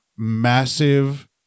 massive